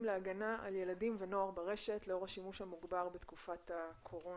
להגנה על ילדים ונוער ברשת לאור השימוש המוגבר בתקופת הקורונה.